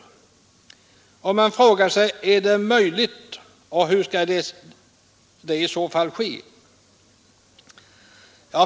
Är det möjligt? Och hur skall det i så fall ske?